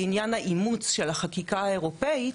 לעניין האימוץ של החקיקה האירופית,